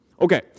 Okay